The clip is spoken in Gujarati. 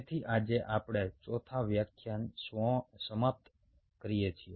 તેથી આજે આપણે ચોથા વ્યાખ્યાન સમાપ્ત કરીએ છીએ